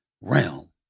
realm